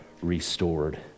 restored